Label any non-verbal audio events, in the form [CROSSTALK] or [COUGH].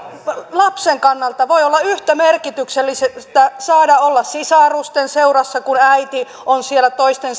lapsen kannalta voi olla yhtä merkityksellistä saada olla sisarusten seurassa kun äiti on siellä toisten [UNINTELLIGIBLE]